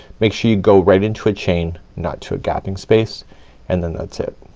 make sure you go right into a chain not to a gapping space and then that's it.